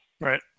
Right